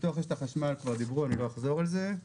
פיתוח רשת החשמל, כבר דיברו על זה אז